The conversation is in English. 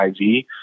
IV